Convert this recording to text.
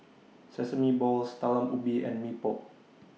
Sesame Balls Talam Ubi and Mee Pok